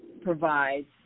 provides